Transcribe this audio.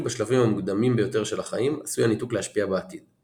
בשלבים המוקדמים ביותר של החיים עשוי הניתוק להשפיע בעתיד.